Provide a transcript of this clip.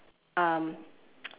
um